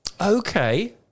Okay